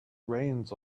reins